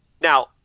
Now